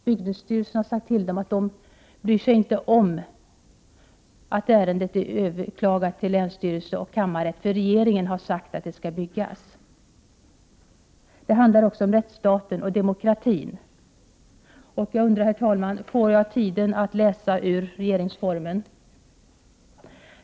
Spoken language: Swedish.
Byggnadsstyrelsen har sagt till dem att man inte bryr sig om att ärendet är överklagat till länsstyrelse och kammarrätt, för regeringen har sagt att centret skall byggas. Det handlar om rättsstaten och demokratin. Får jag tid, herr talman, att läsa ur regeringsformen?